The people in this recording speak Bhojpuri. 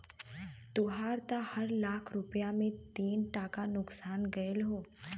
तोहार त हर लाख रुपया पे तीन टका नुकसान गयल हौ